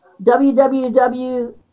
www